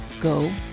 go